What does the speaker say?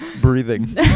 breathing